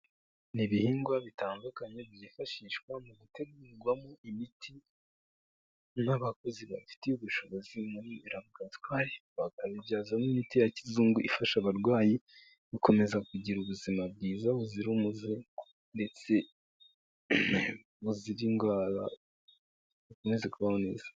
Ni ibihingwa bitandukanye byifashishwa mu gutegurwamo imiti n'abakozi babifitiye ubushobozi muri laboratwari, bakabibyazamo imiti ya kizungu, ifasha abarwayi gukomeza kugira ubuzima bwiza buzira umuze ndetse buzira indwara bakomeze kubaho neza.